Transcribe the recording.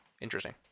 Interesting